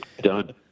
Done